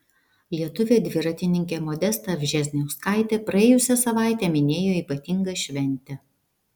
lietuvė dviratininkė modesta vžesniauskaitė praėjusią savaitę minėjo ypatingą šventę